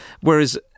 whereas